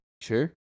Sure